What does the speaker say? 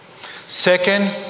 Second